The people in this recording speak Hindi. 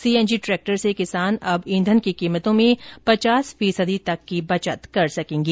सीएनजी ट्रैक्टर से किसान अब ईंधन की कीमतों में पचास फीसदी तक की बचत कर सकेंगे